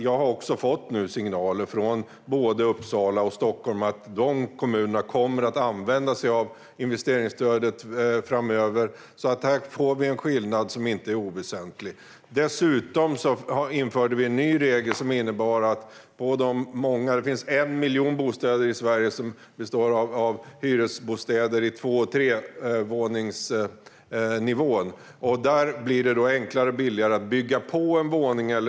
Jag har fått signaler från både Uppsala och Stockholm om att dessa kommuner kommer att använda sig av investeringsstödet framöver. Här får vi en skillnad som inte är oväsentlig. Vi införde dessutom en ny regel som innebar att det blir enklare och billigare att bygga på en våning eller två. I Sverige finns nämligen 1 miljon hyresbostäder på två eller trevåningsnivån.